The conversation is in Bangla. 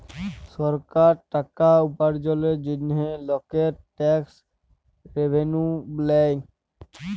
সরকার টাকা উপার্জলের জন্হে লকের ট্যাক্স রেভেন্যু লেয়